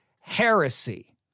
heresy